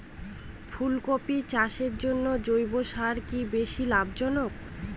ফুলকপি চাষের জন্য জৈব সার কি বেশী লাভজনক?